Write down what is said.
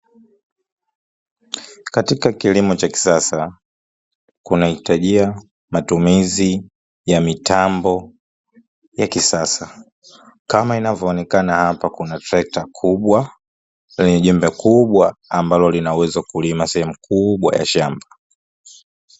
Katika kilimo cha kisasa kuna hitajika matumizi ya mitambo ya kisasa, kama inavyoonekana hapa kuna trekta kubwa lenye jembe kubwa ambalo linauwezo kulima sehemu kubwa ya shamba.